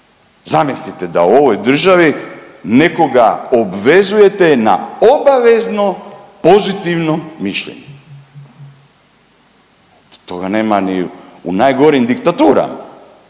Zamislite da u ovoj državi nekoga obvezujete na obavezno pozitivno mišljenje. Toga nema ni u najgorim diktaturama.